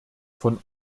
von